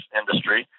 industry